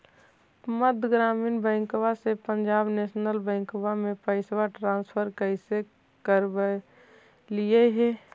मध्य ग्रामीण बैंकवा से पंजाब नेशनल बैंकवा मे पैसवा ट्रांसफर कैसे करवैलीऐ हे?